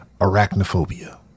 Arachnophobia